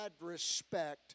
respect